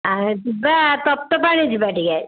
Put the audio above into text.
ଯିବା ତପ୍ତପାଣି ଯିବା ଟିକେ